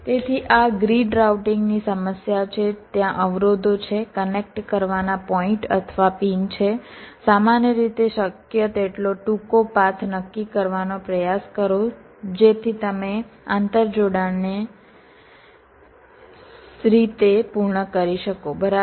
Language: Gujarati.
તેથી આ ગ્રીડ રાઉટિંગની સમસ્યા છે ત્યાં અવરોધો છે કનેક્ટ કરવાના પોઈન્ટ અથવા પિન છે સામાન્ય રીતે શક્ય તેટલો ટૂંકો પાથ નક્કી કરવાનો પ્રયાસ કરો જેથી તમે આંતરજોડાણને આ રીતે પૂર્ણ કરી શકો બરાબર